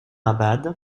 abad